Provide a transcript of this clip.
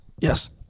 yes